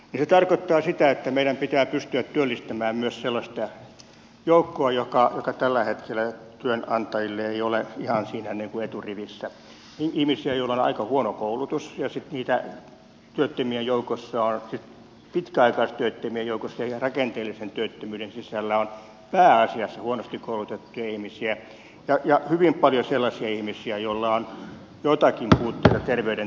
se tarkoittaa sitä että meidän pitää pystyä työllistämään myös sellaista joukkoa joka tällä hetkellä työnantajille ei ole ihan siinä niin kuin eturivissä ihmisiä joilla on aika huono koulutus ja sitten pitkäaikaistyöttömien joukossa ja rakenteellisen työttömyyden sisällä on pääasiassa huonosti koulutettuja ihmisiä ja hyvin paljon sellaisia ihmisiä joilla on joitakin puutteita terveydentilassaan